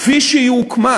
כפי שהיא הוקמה,